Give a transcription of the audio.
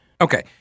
Okay